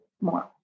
more